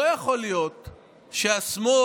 לא יכול להיות שהשמאל,